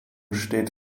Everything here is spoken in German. steht